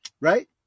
right